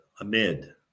amid